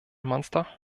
monster